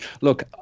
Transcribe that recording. Look